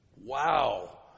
Wow